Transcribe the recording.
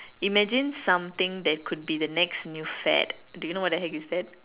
imagine something that could be the next new fad do you know what the heck is that